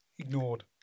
Ignored